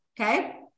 Okay